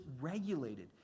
regulated